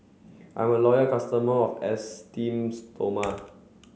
I'm a loyal customer of Esteem Stoma